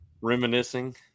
reminiscing